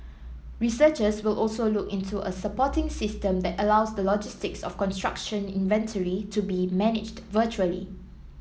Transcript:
researchers will also look into a supporting system that allows the logistics of construction inventory to be managed virtually